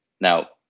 Now